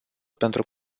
pentru